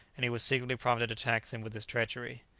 and he was secretly prompted to tax him with his treachery.